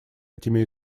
этими